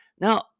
Now